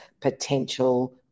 potential